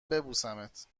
ببوسمت